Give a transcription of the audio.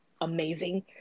amazing